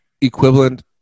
equivalent